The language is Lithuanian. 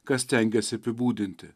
kas stengiasi apibūdinti